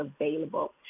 available